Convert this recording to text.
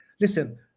Listen